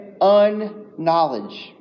unknowledge